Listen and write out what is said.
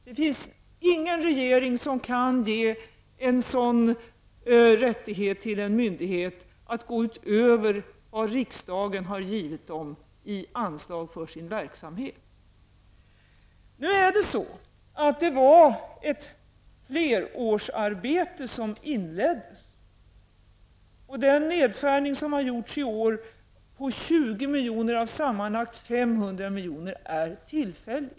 Det finns ingen regering som kan ge en sådan rättighet -- att gå utöver vad riksdagen har givit dem i anslag för sin verksamhet -- till en myndighet. Det var ett flerårsarbete som inleddes. Den nedskärning som har gjorts i år på 20 milj.kr. av sammanlagt 500 milj.kr. är tillfällig.